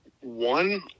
One